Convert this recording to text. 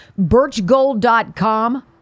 Birchgold.com